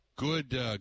Good